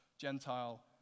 Gentile